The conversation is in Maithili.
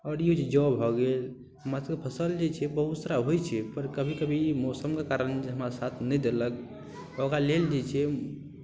आओर ई जौ भऽ गेल हमरासभके फसल जे छै बहुत सारा होइ छै पर कभी कभी मौसमके कारण भी हमरा साथ नहि देलक तऽ ओकरा लेल जे छै